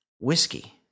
whiskey